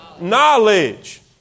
knowledge